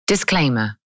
Disclaimer